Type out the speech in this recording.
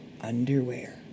underwear